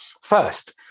First